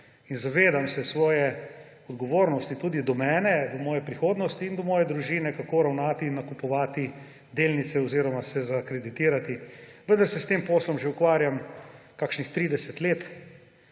in zavedam se svoje odgovornosti, tudi do mene, moje prihodnosti in do moje družine, kako ravnati in nakupovati delnice oziroma se zakreditirati. Vendar se s tem poslom že ukvarjam kakšnih 30 let,